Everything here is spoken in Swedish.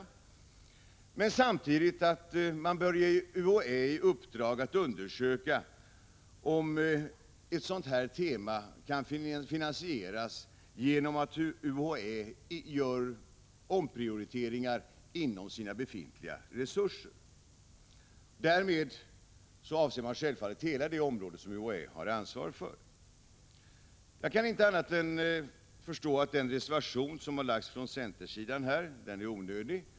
Samtidigt har man framhållit att man bör ge UHÅÄ i uppdrag att undersöka om ett sådant tema kan finansieras genom att UHÄ gör omprioriteringar inom sina befintliga resurser. Därmed avser man självfallet hela det område som UHÄ har ansvar för. Jag kan inte förstå annat än att den reservation som har fogats till betänkandet från centern är onödig.